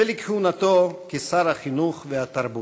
ולכהונתו כשר החינוך והתרבות.